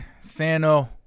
Sano